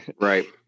Right